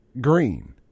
Green